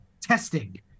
testing